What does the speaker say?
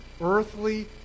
earthly